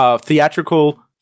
theatrical